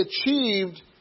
achieved